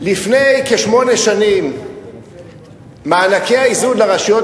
לפני כשמונה שנים מענקי האיזון לרשויות